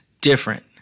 different